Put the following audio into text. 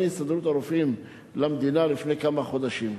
הסתדרות הרופאים למדינה לפני כמה חודשים.